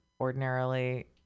ordinarily